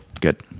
Good